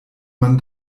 man